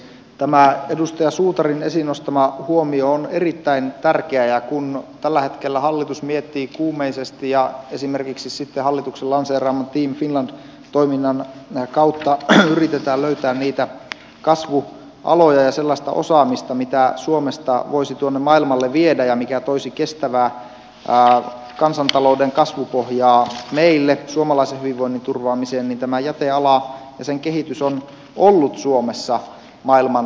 tämä edustaja suutarin esiin nostama huomio on erittäin tärkeä ja kun tällä hetkellä hallitus miettii kuumeisesti ja esimerkiksi sitten hallituksen lanseeraaman team finland toiminnan kautta yritetään löytää niitä kasvualoja ja sellaista osaamista mitä suomesta voisi tuonne maailmalle viedä ja mikä toisi kestävää kansantalouden kasvupohjaa meille suomalaisen hyvinvoinnin turvaamiseen niin tämä jäteala ja sen kehitys on ollut suomessa maailman kärkeä